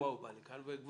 ראשון.